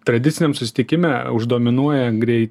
tradiciniam susitikime uždominuoja greit